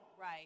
Right